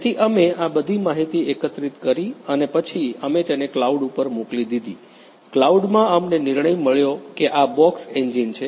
તેથી અમે આ બધી માહિતી એકત્રિત કરી અને પછી અમે તેને ક્લાઉડ પર મોકલી દીધી ક્લાઉડમાં અમને નિર્ણય મળ્યો કે આ બોક્સ એન્જિન છે